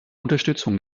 unterstützung